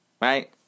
Right